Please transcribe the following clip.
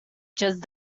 just